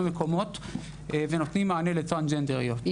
מקומות ונותנים מענה לטרנסג'נדריות,